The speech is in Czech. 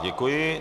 Děkuji.